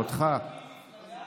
הוא הקים מפלגה נגד השחיתות.